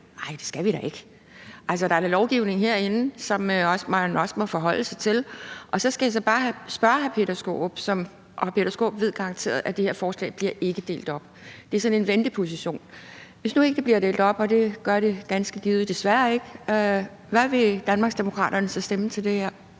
nu skal se fremad. Nej, det skal vi da ikke. Der er da lovgivning herinde, som man også må forholde sig til. Hr. Peter Skaarup ved garanteret, at det her forslag ikke bliver delt op. Det er sådan en venteposition. Hvis nu ikke det bliver delt op, og det gør det ganske givet desværre ikke, hvad vil Danmarksdemokraterne så stemme til det her?